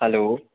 hello